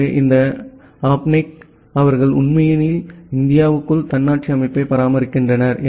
எனவே இந்த ஆப்னிக் அவர்கள் உண்மையில் இந்தியாவுக்குள் தன்னாட்சி அமைப்பை பராமரிக்கின்றனர்